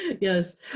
yes